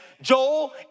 Joel